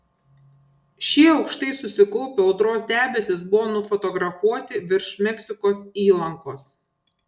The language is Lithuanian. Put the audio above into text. šie aukštai susikaupę audros debesys buvo nufotografuoti virš meksikos įlankos